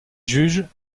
juges